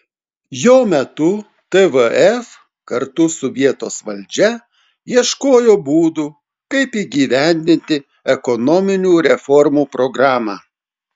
jo metu tvf kartu su vietos valdžia ieškojo būdų kaip įgyvendinti ekonominių reformų programą